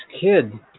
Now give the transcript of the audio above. kid